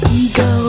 ego